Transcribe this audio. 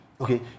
Okay